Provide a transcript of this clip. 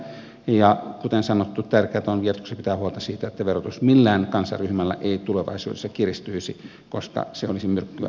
ja kuten sanottu tärkeätä on jatkossa pitää huolta siitä että verotus millään kansanryhmällä ei tulevaisuudessa kiristyisi koska se olisi myrkkyä suomen kansantaloudelle